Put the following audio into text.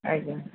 ଆଜ୍ଞା